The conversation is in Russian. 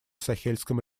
сахельском